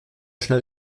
schnell